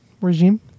Regime